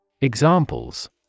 Examples